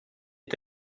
est